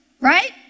right